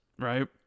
right